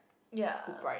ya